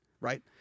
right